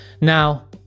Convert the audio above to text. Now